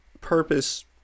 purpose